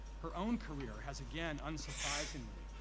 her own career has, again unsurprisingly,